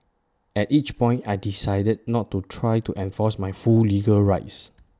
at each point I decided not to try to enforce my full legal rights